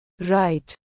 right